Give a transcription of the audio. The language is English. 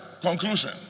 conclusion